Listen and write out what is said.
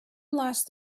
last